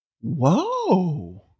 Whoa